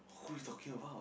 who you talking about